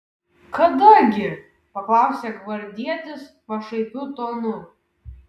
kada gi paklausė gvardietis pašaipiu tonu